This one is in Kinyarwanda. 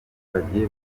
baturage